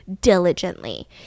diligently